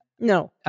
No